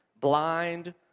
blind